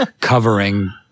covering